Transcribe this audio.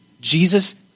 Jesus